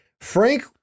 Frank